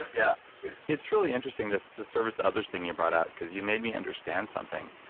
but yeah it's really interesting this this service to others thing you brought out because you made me understand something.